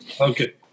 Okay